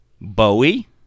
Bowie